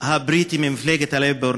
הבריטי ממפלגת ה"לייבור",